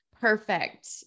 perfect